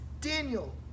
Daniel